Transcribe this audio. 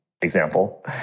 example